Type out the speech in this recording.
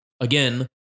again